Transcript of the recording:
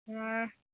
আপোনাৰ